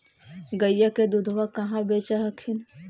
गईया के दूधबा कहा बेच हखिन?